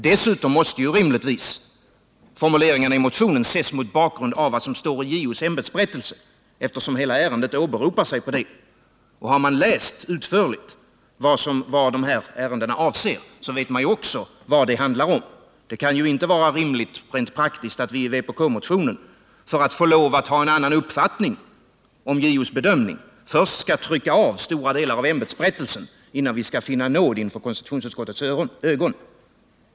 Dessutom måste ju rimligtvis formuleringarna i motionen ses mot bakgrund av vad som står i JO:s ämbetsberättelse, eftersom hela ärendet åberopar sig på det. Och har man utförligt läst vad de här ärendena avser vet man ju också vad det handlar om. Det kan inte vara rimligt rent praktiskt att vi i vpk-motionen, för att få lov att ha en annan uppfattning om JO:s bedömning, skall trycka av stora delar av ämbetsberättelsen, innan vi kan finna nåd inför konstitutionsutskottets ögon.